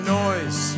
noise